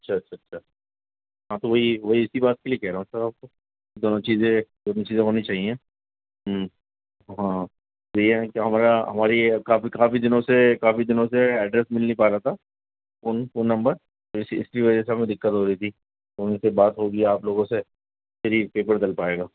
اچھا اچھا اچھا ہاں تو وہی وہی اسی بات کے لیے کہہ رہا ہوں سر آپ کو دونوں چیزیں دونوں چیزیں ہونی چاہئیں ہاں تو یہ ہے کہ ہمارا ہماری یہ کافی دنوں سے کافی دنوں سے ایڈریس مل نہیں پا رہا تھا فون فون نمبر تو اس اس کی وجہ سے ہمیں دقت ہو رہی تھی تو ان سے بات ہوگی آپ لوگوں سے پھر ہی پیپر ڈل پائے گا